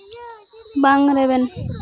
ᱵᱟᱝ ᱨᱮᱵᱮᱱ